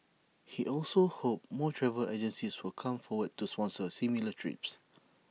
he also hoped more travel agencies would come forward to sponsor similar trips